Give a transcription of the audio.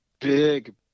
big